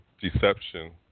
deception